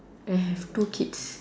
and have two kids